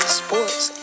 sports